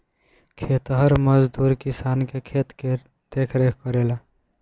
खेतिहर मजदूर किसान के खेत के देखरेख करेला